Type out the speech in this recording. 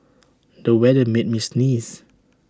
the weather made me sneeze